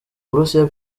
burusiya